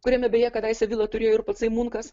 kuriame beje kadaise vilą turėjo ir patsai munkas